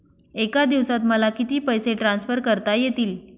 एका दिवसात मला किती पैसे ट्रान्सफर करता येतील?